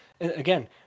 Again